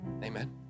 amen